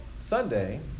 Sunday